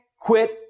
quit